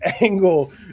angle